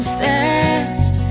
fast